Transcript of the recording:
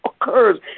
occurs